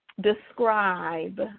describe